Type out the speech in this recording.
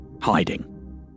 hiding